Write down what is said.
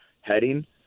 heading